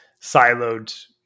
siloed